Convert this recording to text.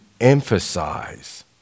emphasize